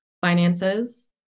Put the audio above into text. finances